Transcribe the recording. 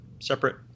separate